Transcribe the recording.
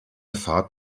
fahrt